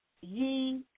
ye